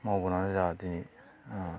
मावबोनानै जा दिनै ओ